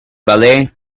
ballet